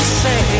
say